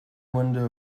window